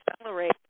accelerate